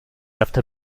after